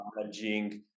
managing